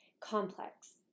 complex